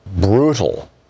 brutal